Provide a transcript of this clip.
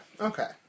okay